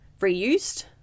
reused